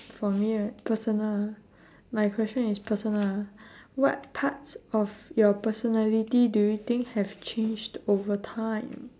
for me right personal ah my question is personal ah what parts of your personality do you think have changed over time